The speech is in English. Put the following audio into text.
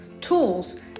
tools